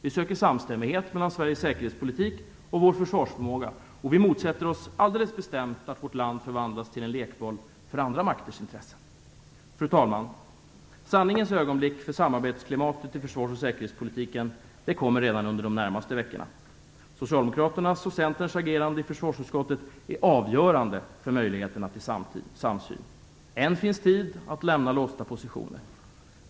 Vi söker samstämmighet mellan Sveriges säkerhetspolitik och vår försvarsförmåga, och vi motsätter oss alldeles bestämt att vårt land förvandlas till en lekboll för andra makters intressen. Fru talman! Sanningens ögonblick för samarbetsklimatet i försvars och säkerhetspolitiken kommer redan under de närmaste veckorna. Socialdemokraternas och Centerns agerande i försvarsutskottet är avgörande för möjligheterna till samsyn. Än finns tid att lämna låsta positioner.